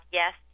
yes